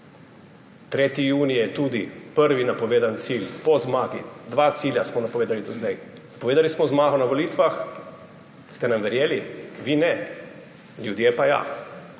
3. junij je tudi prvi napovedani cilj po zmagi. Dva cilja smo napovedali do zdaj. Napovedali smo zmago na volitvah. Ste nam verjeli? Vi ne, ljudje pa ja.